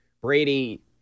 Brady